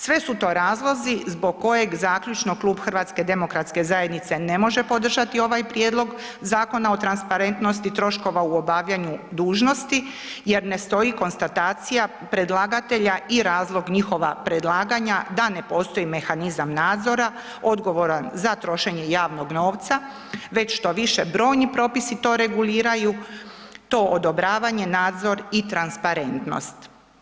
Sve su to razlozi zbog kojeg zaključno klub HDZ-a ne može podržati ovaj prijedlog Zakona o transparentnosti troškova u obavljanju dužnosti jer ne stoji konstatacija predlagatelja i razloga njihova predlaganja da ne postoji mehanizam nadzora odgovoran za trošenje javnog novca već što više, brojni propisi to reguliraju to odobravanje, nadzor i transparentnost.